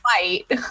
fight